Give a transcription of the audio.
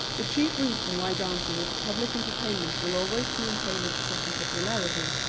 the chief reason why dancing as a public entertainment will always maintain its present popularity,